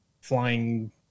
flying